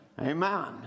Amen